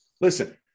listen